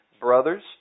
Brothers